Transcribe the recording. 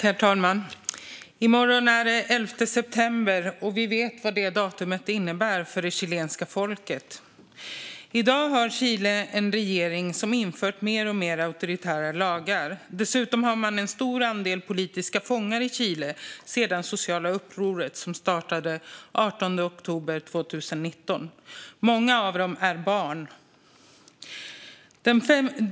Herr talman! I morgon är det den 11 september, och vi vet vad det datumet innebär för det chilenska folket. I dag har Chile en regering som har infört mer och mer auktoritära lagar. Dessutom har man en stor andel politiska fångar i Chile sedan det sociala upproret, som startade den 18 oktober 2019. Många av dem är barn.